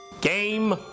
Game